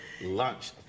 lunch